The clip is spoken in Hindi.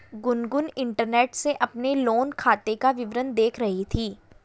गुनगुन इंटरनेट से अपने लोन खाते का विवरण देख रही थी